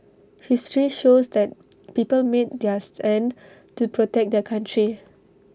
history shows that people made their stand to protect their country